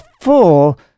full